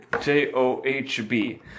J-O-H-B